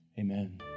Amen